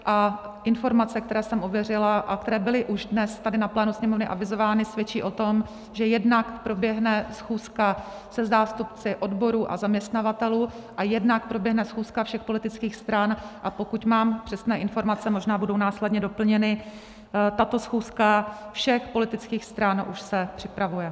A informace, které jsem ověřila a které byly už dnes tady na plénu Sněmovny avizovány, svědčí o tom, že jednak proběhne schůzka se zástupci odborů a zaměstnavatelů a jednak proběhne schůzka všech politických stran, a pokud mám přesné informace, možná budou následně doplněny, tato schůzka všech politických stran už se připravuje.